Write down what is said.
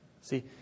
See